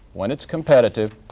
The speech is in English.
when it's competitive,